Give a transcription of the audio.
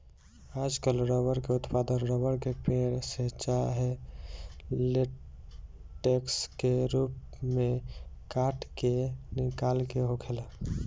आजकल रबर के उत्पादन रबर के पेड़, से चाहे लेटेक्स के रूप में काट के निकाल के होखेला